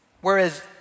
Whereas